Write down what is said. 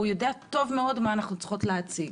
והוא יודע טוב מאוד מה אנחנו צריכות להציג.